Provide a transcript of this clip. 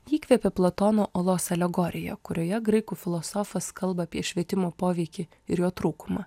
jį įkvėpė platono olos alegorija kurioje graikų filosofas kalba apie švietimo poveikį ir jo trūkumą